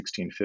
1650